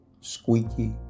squeaky